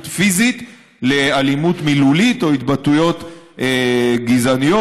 פיזית לאלימות מילולית או התבטאויות גזעניות.